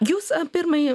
jūs pirmąjį